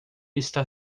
está